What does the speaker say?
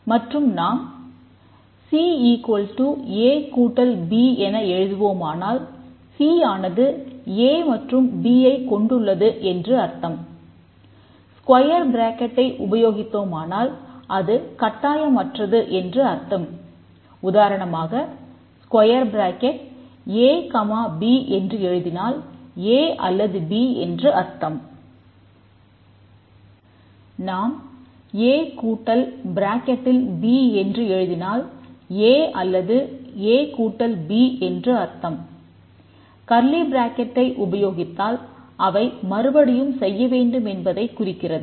நாம் a உபயோகித்தால் அவை மறுபடியும் செய்ய வேண்டுமென்பதைக் குறிக்கிறது